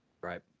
Right